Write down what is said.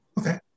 Okay